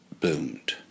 Bloomed